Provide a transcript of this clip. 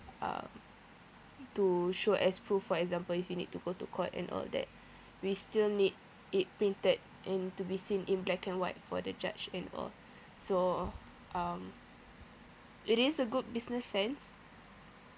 uh to show as proof for example if you need to go to court and all that we still need it printed and to be seen in black and white for the judge and all so um it is a good business sense